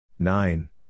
Nine